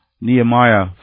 Nehemiah